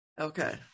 Okay